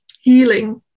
healing